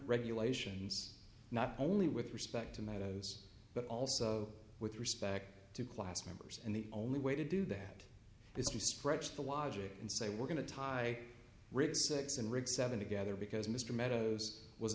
regulations not only with respect to meadows but also with respect to class members and the only way to do that is to stretch the logic and say we're going to tie rig six and rig seven together because mr meadows was